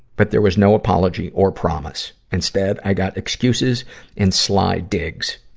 but there was no apology or promise. instead, i got excuses and sly digs.